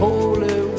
Holy